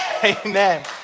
Amen